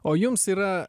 o jums yra